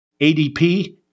ADP